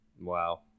Wow